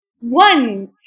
one